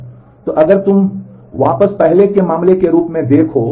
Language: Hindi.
तो अगर तुम अगर तुम वापस पहले के मामले के रूप में देखो